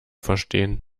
verstehen